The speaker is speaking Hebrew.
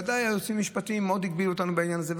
ודאי היועצים המשפטיים מאוד הגבילו אותנו בעניין הזה,